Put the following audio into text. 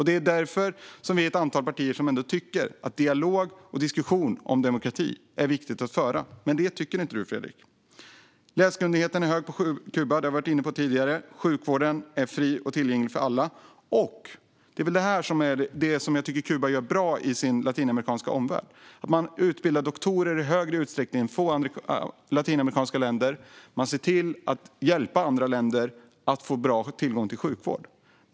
Det är därför vi är ett antal partier som tycker att det är viktigt att föra dialog och diskussion om demokrati, men det tycker inte du, Fredrik. Läskunnigheten är hög på Kuba; det har vi varit inne på tidigare. Sjukvården är gratis och tillgänglig för alla. Det som jag tycker att Kuba gör bra i sin latinamerikanska omvärld är att man utbildar doktorer i större utsträckning än många latinamerikanska länder och att man ser till att hjälpa andra länder att få bra tillgång till sjukvård.